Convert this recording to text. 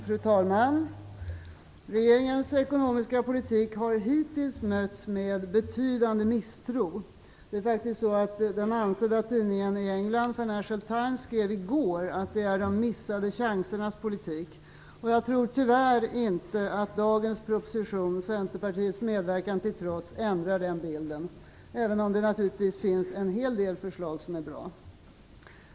Fru talman! Regeringens ekonomiska politik har hittills mötts med betydande misstro. Den ansedda tidningen i England, Financial Times, skrev i går att det är de missade chansernas politik. Jag tror tyvärr inte att dagens proposition - Centerpartiets medverkan till trots - ändrar den bilden, även om det naturligtvis finns en hel del förslag som är bra.